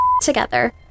together